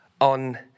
on